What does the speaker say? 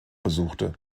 besuchte